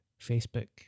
Facebook